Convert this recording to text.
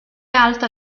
alta